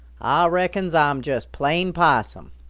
ah reckons ah'm just plain possum.